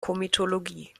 komitologie